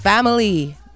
Family